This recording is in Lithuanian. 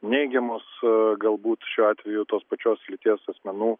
neigiamos galbūt šiuo atveju tos pačios lyties asmenų